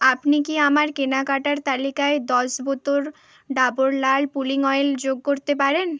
আপনি কি আমার কেনাকাটার তালিকায় দশ বোতল ডাবর লাল পুলিং অয়েল যোগ করতে পারেন